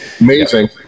amazing